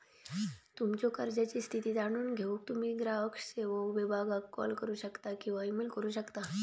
तुमच्यो कर्जाची स्थिती जाणून घेऊक तुम्ही ग्राहक सेवो विभागाक कॉल करू शकता किंवा ईमेल करू शकता